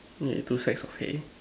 yeah two stacks of hay